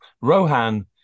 Rohan